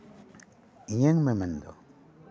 ᱤᱧᱟᱹᱝ ᱢᱮᱢᱮᱱ ᱫᱚ